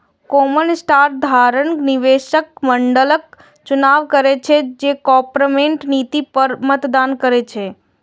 common stock धारक निदेशक मंडलक चुनाव करै छै आ कॉरपोरेट नीति पर मतदान करै छै